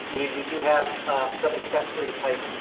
you know you do have some accessory type,